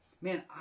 man